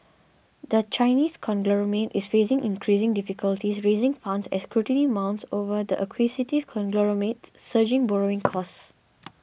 the Chinese conglomerate is facing increasing difficulties raising funds as scrutiny mounts over the acquisitive conglomerate's surging borrowing costs